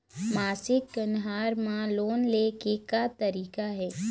मासिक कन्हार म लोन ले के का तरीका हे?